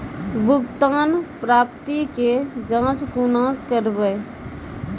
भुगतान प्राप्ति के जाँच कूना करवै?